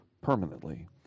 permanently